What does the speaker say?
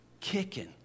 kicking